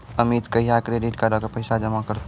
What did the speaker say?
अमित कहिया क्रेडिट कार्डो के पैसा जमा करतै?